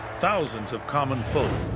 thousands of common folk,